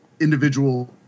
individual